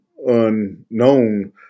unknown